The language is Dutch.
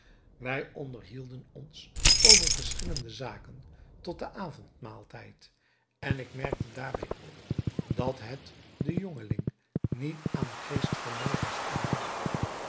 wij onderhielden ons over verschillende zaken tot den avondmaaltijd en ik merkte daarbij op dat het den jongeling niet aan geestvermogens ontbrak